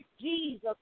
Jesus